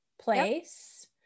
place